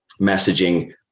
messaging